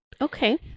Okay